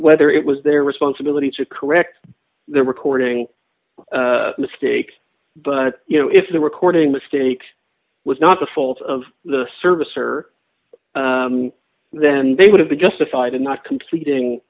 whether it was their responsibility to correct the recording mistakes but you know if the recording mistake was not the fault of the service or then they would have been justified in not completing